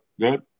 good